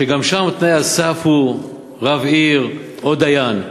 וגם שם תנאי הסף הוא רב עיר או דיין,